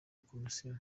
komisiyo